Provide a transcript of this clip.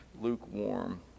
lukewarm